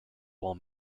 while